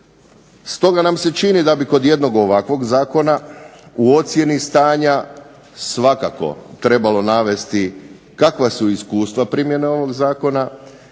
Stoga nam se čini da bi kod jednog ovakvog zakona u ocjeni stanja svakako trebalo navesti kakva su iskustva primjene ovog zakona,